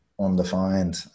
undefined